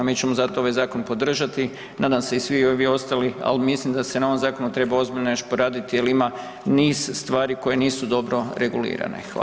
Mi ćemo zato ovaj zakon podržati, nadam se i svi ovi ostali, al mislim da se na ovom zakonu treba ozbiljno još poraditi jel ima niz stvari koje nisu dobro regulirane.